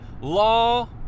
law